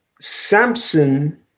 Samson